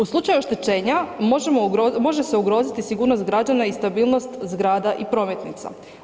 U slučaju oštećenja može se ugroziti sigurnost građana i stabilnost zgrada i prometnica.